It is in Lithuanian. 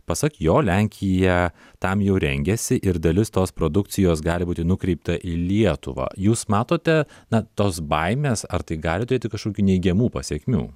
pasak jo lenkija tam jau rengiasi ir dalis tos produkcijos gali būti nukreipta į lietuvą jūs matote na tos baimės ar tai gali turėti kažkokių neigiamų pasekmių